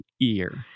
ear